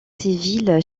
civile